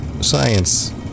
Science